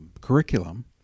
curriculum